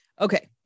Okay